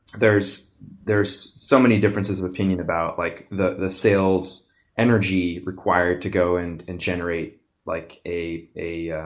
there's there's so many differences of opinion about like the the sales energy required to go and and generate like a a